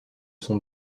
son